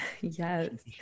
Yes